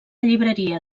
llibreria